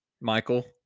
Michael